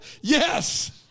yes